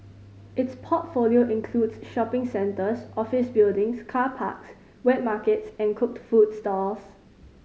its portfolio includes shopping centres office buildings car parks wet markets and cooked food stalls